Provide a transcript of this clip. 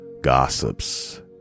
Gossips